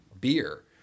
beer